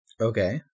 okay